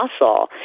muscle